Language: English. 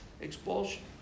Expulsion